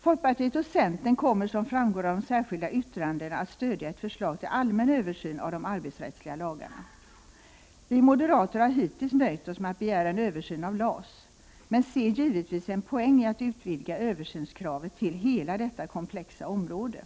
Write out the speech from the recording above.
Folkpartiet och centern kommer som framgår av de särskilda yttrandena att stödja ett förslag till allmän översyn av de arbetsrättsliga lagarna. Vi moderater har hittills nöjt oss med att begära en översyn av LAS, men ser givetvis en poäng i att utvidga översynskravet till hela detta komplexa område.